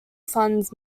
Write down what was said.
funds